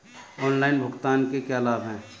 Online भुगतान के क्या लाभ हैं?